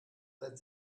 seit